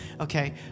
Okay